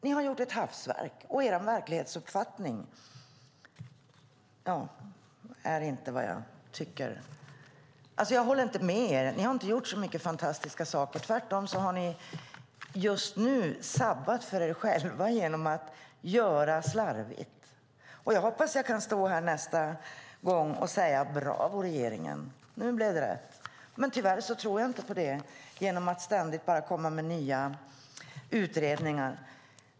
Ni har gjort ett hafsverk. Ni har inte gjort så många fantastiska saker. Ni har just nu sabbat för er själva genom att slarva. Jag hoppas att jag nästa gång kan säga: Bravo, regeringen, nu blev det rätt. Men jag tror tyvärr inte det eftersom man ständigt kommer med nya utredningar.